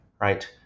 Right